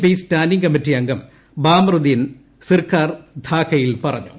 P standing committee അംഗം ബാമറുദ്ദീൻ സിർകാർ ധാക്കയിൽ പറഞ്ഞു